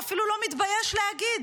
הוא אפילו לא מתבייש להגיד,